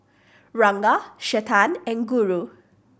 Ranga Chetan and Guru